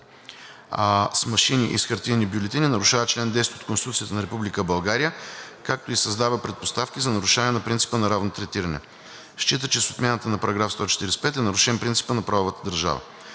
с машини и с хартиени бюлетини нарушава чл. 10 от Конституцията на Република България, както и създава предпоставки за нарушаване на принципа на равно третиране. Счита, че с отмяната на § 145 е нарушен принципът на правовата държава.